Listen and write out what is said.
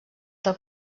del